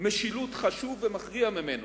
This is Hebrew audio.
משילות חשוב ומכריע ממנו,